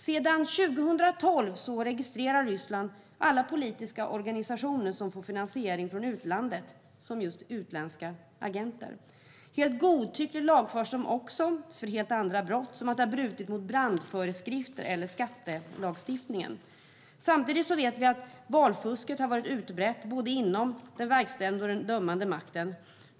Sedan 2012 registrerar Ryssland alla politiska organisationer som får finansiering från utlandet som just utländska agenter. Helt godtyckligt lagförs de också för helt andra brott, som att ha brutit mot brandföreskrifter eller skattelagstiftningen. Samtidigt vet vi att valfusket har varit utbrett både inom den verkställande och inom den dömande makten.